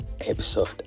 episode